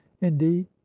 indeed